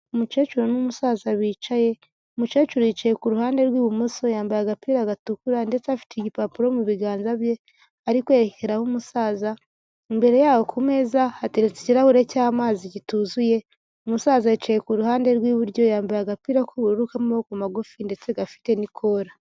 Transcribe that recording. Umukecuru n'umusaza bicaye, umukecuru yicaye ku ruhande rw'ibumoso yambaye agapira gatukura, ndetse afite igipapuro mu biganza bye, ari kwerekeraho umusaza, imbere yaho ku meza hateretse ikirahure cy'amazi kituzuye, umusaza yicaye ku ruhande rw'iburyo, yambaye agapira k'ubururu k'amaboko magufi ndetse gafite n'ikora.